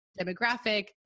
demographic